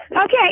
Okay